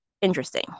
interesting